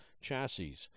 chassis